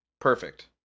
Perfect